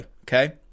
Okay